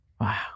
Wow